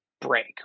break